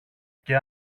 και